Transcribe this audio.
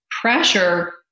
Pressure